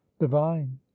divine